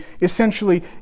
essentially